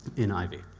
in ivy.